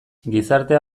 gizartea